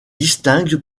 distingue